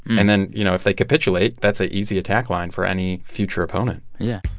and then, you know, if they capitulate, that's an easy attack line for any future opponent yeah